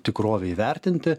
tikrovei vertinti